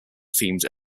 themed